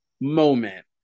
moment